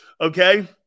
Okay